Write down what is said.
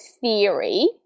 theory